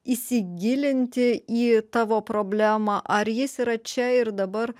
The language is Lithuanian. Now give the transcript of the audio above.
įsigilinti į tavo problemą ar jis yra čia ir dabar